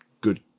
good